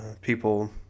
people